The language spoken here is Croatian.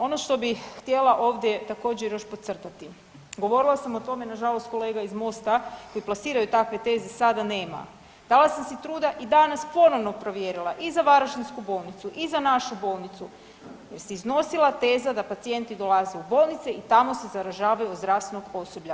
Ono što bih htjela ovdje također, još podcrtati, govorila sam o tome, nažalost kolega iz Mosta koji plasiraju takve teze sada nema, dala sam si truda i danas ponovo provjerila i za varaždinsku bolnicu i za našu bolnicu se iznosila teza da pacijenti dolaze u bolnice i tamo se zaražavaju od zdravstvenog osoblja.